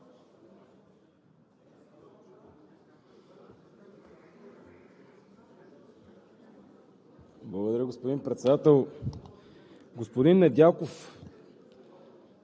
Благодаря Ви, господин Председател. Господин Недялков,